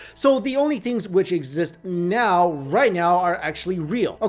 so, the only things which exist now right now are actually real. ah